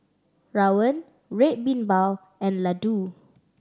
rawon Red Bean Bao and laddu